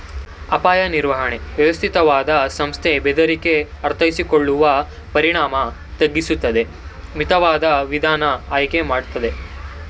ಅಪಾಯ ನಿರ್ವಹಣೆ ವ್ಯವಸ್ಥಿತವಾಗಿ ಸಂಸ್ಥೆ ಬೆದರಿಕೆ ಅರ್ಥೈಸಿಕೊಳ್ಳುವ ಪರಿಣಾಮ ತಗ್ಗಿಸುತ್ತದೆ ಮಿತವಾದ ವಿಧಾನ ಆಯ್ಕೆ ಮಾಡ್ತದೆ